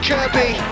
Kirby